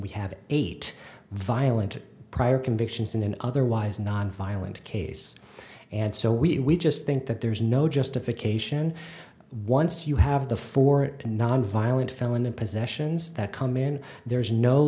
we have eight violent prior convictions in an otherwise nonviolent case and so we just think that there's no justification once you have the four nonviolent felon in possessions that come in there is no